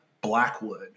Blackwood